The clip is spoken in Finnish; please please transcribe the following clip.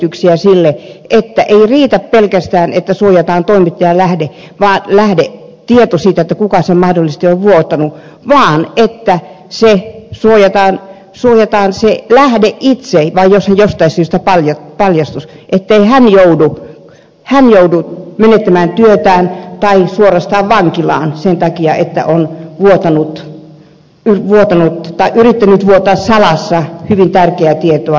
että ei riitä pelkästään että suojataan toimittajan lähde tieto siitä kuka sen mahdollisesti on vuotanut vaan että suojataan se lähde itse että jos hän jostain syystä paljastuisi ettei hän joudu menettämään työtään tai joudu suorastaan vankilaan sen takia että on vuotanut tai yrittänyt vuotaa hyvin tärkeää salaista yhteiskunnallista tietoa